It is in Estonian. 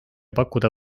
pakkuda